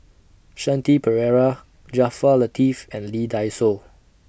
Shanti Pereira Jaafar Latiff and Lee Dai Soh